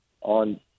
on